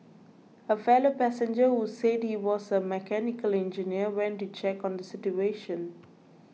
a fellow passenger who said he was a mechanical engineer went to check on the situation